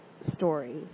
story